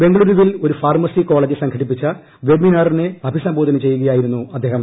ബംഗളൂരുവിൽ ഒരു pharmacy college സംഘടിപ്പിച്ച വെബിനാറിനെ അഭിസംബോധന ചെയ്യുകയായിരുന്നു അദ്ദേഹം